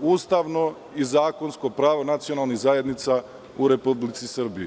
ustavno i zakonsko pravo nacionalnih zajednica u Republici Srbiji?